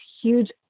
huge